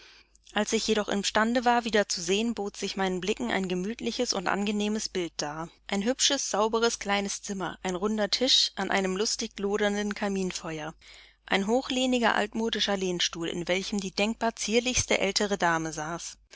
als ich jedoch imstande war wieder zu sehen bot sich meinen blicken ein gemütliches und angenehmes bild dar ein hübsches sauberes kleines zimmer ein runder tisch an einem lustig lodernden kaminfeuer ein hochlehniger altmodischer lehnstuhl in welchem die denkbar zierlichste ältere dame saß